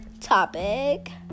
topic